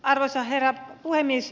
arvoisa herra puhemies